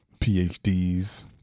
PhDs